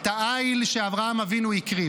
את האיל שאברהם אבינו הקריב.